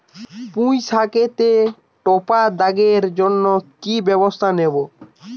পুই শাকেতে টপা দাগের জন্য কি ব্যবস্থা নেব?